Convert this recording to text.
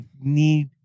need